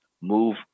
move